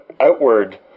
outward